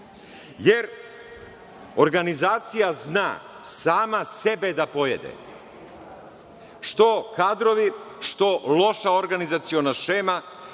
jer organizacija zna sama sebe da pojede, što kadrovi, što loša organizaciona šema,